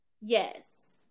Yes